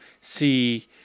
see